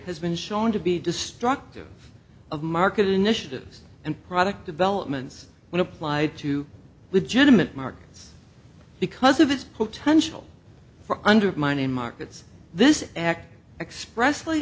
has been shown to be destructive of market initiatives and product developments when applied to legitimate markets because of its potential for undermining markets this act express